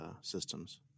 systems